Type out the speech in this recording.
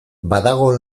badago